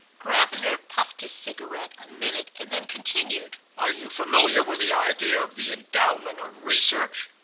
gravener puffed his cigarette a minute and then continued are you familiar with the idea of the endowment of research?